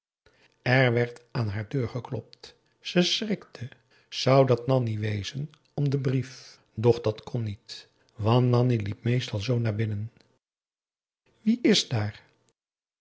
er werd aan haar deur geklopt ze schrikte zou dat nanni wezen om den brief doch dat kon niet want nanni liep meestal zoo maar binnen wie is daar